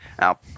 Now